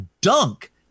dunk